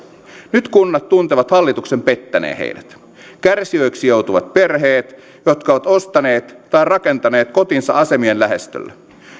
nyt kunnat tuntevat hallituksen pettäneen heidät kärsijöiksi joutuvat perheet jotka ovat ostaneet tai rakentaneet kotinsa asemien lähistölle